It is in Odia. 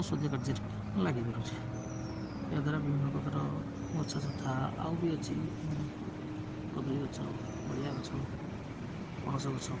ଔଷଧୀୟ କାର୍ଯ୍ୟରେ ବି ଲାଗିପାରୁଛି ଏହାଦ୍ୱାରା ବିଭିନ୍ନ ପ୍ରକାର ଗଛ ଯଥା ଆଉ ବି ଅଛି ଆମେ କଦଳୀ ଗଛ ନଡ଼ିଆ ଗଛ ପଣସ ଗଛ